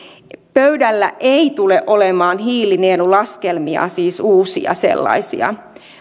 pöydällä ei tule olemaan hiilinielulaskelmia siis uusia sellaisia